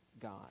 God